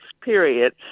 period